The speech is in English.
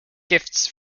gifts